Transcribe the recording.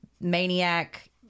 maniac